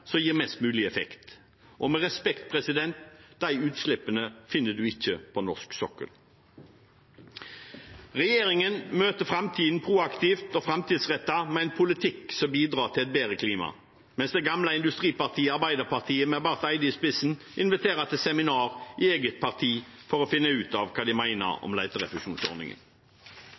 kuttene gir mest mulig effekt, og – med respekt – de utslippene finner en ikke på norsk sokkel. Regjeringen møter framtiden proaktivt og framtidsrettet, med en politikk som bidrar til et bedre klima, mens det gamle industripartiet Arbeiderpartiet, med Barth Eide i spissen, inviterer til seminar i eget parti for å finne ut av hva de mener om